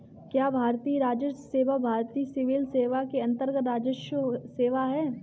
क्या भारतीय राजस्व सेवा भारतीय सिविल सेवा के अन्तर्गत्त राजस्व सेवा है?